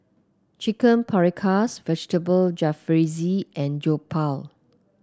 Chicken Paprikas Vegetable Jalfrezi and Jokbal